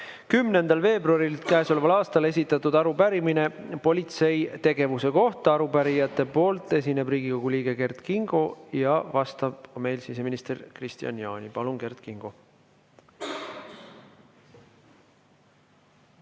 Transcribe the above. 10. veebruaril käesoleval aastal esitatud arupärimine politsei tegevuse kohta. Arupärijate nimel esineb Riigikogu liige Kert Kingo ja vastab siseminister Kristian Jaani. Palun, Kert Kingo!